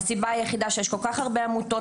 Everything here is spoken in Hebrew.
הסיבה היחידה שיש כל כך הרבה עמותות